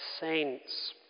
saints